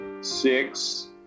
six